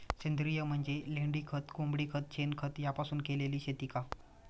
सेंद्रिय म्हणजे लेंडीखत, कोंबडीखत, शेणखत यापासून केलेली शेती का?